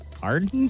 hard